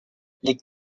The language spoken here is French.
les